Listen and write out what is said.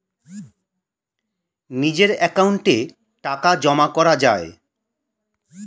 নিজের অ্যাকাউন্টে টাকা জমা করা যায়